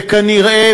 וכנראה,